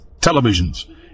televisions